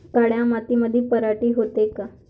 काळ्या मातीमंदी पराटी होते का?